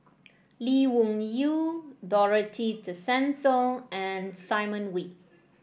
Lee Wung Yew Dorothy Tessensohn and Simon Wee